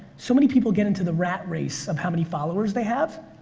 so many people get into the rat race of how many followers they have,